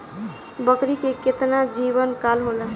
बकरी के केतना जीवन काल होला?